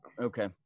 Okay